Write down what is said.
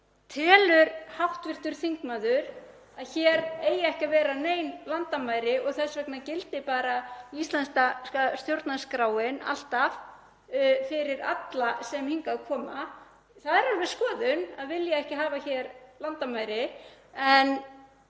Telur hv. þingmaður að hér eigi ekki að vera nein landamæri og þess vegna gildi bara íslenska stjórnarskráin alltaf fyrir alla sem hingað koma? Það er alveg skoðun að vilja ekki hafa hér landamæri. En